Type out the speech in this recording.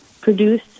produce